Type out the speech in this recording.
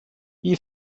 wie